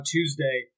Tuesday